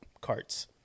carts